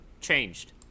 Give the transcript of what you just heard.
changed